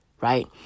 right